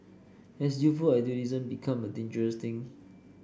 has youthful idealism become a dangerous thing